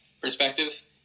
perspective